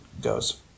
goes